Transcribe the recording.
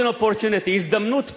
golden opportunity, הזדמנות פז,